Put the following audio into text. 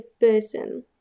person